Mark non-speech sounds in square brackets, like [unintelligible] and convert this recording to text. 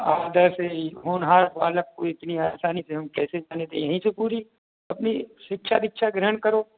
[unintelligible] होनहार बालक को इतनी आसानी से हम कैसे जाने दें यहीं से पूरी अपनी शिक्षा दीक्षा ग्रहण करो